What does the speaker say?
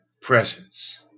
presence